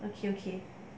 okay okay